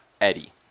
Eddie